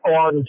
on